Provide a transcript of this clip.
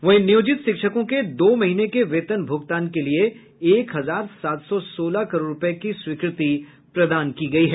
वहीं नियोजित शिक्षकों के दो महीने के वेतन भुगतान के लिए एक हजार सात सौ सोलह करोड़ रुपये की स्वीकृति प्रदान की गयी है